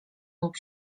lub